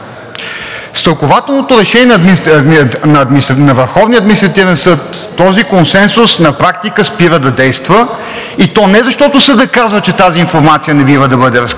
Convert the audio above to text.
С тълкувателното решение на Върховния административен съд този консенсус на практика спира да действа, и то не защото Съдът казва, че тази информация не бива да бъде разкривана,